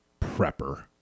prepper